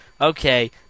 Okay